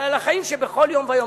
אלא על החיים שבכל יום ויום,